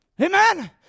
Amen